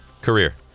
career